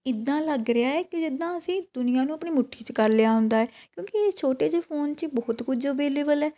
ਇੱਦਾਂ ਲੱਗ ਰਿਹਾ ਕਿ ਜਿੱਦਾਂ ਅਸੀਂ ਦੁਨੀਆਂ ਨੂੰ ਆਪਣੀ ਮੁੱਠੀ 'ਚ ਕਰ ਲਿਆ ਹੁੰਦਾ ਕਿਉਂਕਿ ਇਹ ਛੋਟੇ ਜਿਹੇ ਫੋਨ 'ਚ ਬਹੁਤ ਕੁਝ ਅਵੇਲੇਬਲ ਹੈ